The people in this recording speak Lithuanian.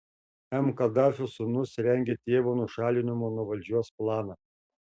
m kadafio sūnūs rengia tėvo nušalinimo nuo valdžios planą